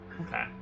Okay